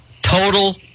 total